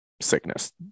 sickness